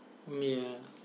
ya